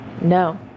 No